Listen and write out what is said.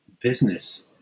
business